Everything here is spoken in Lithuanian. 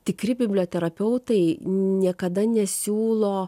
tikri biblioterapeutai niekada nesiūlo